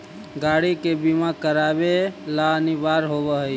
गाड़ि के बीमा करावे ला अनिवार्य होवऽ हई